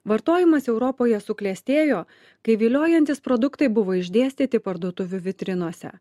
vartojimas europoje suklestėjo kai viliojantys produktai buvo išdėstyti parduotuvių vitrinose